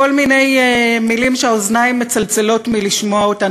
כל מיני מילים שהאוזניים מצלצלות מלשמוע אותן.